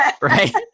Right